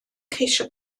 ceisio